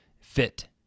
Fit